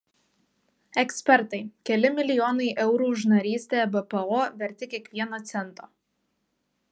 ekspertai keli milijonai eurų už narystę ebpo verti kiekvieno cento